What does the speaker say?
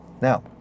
now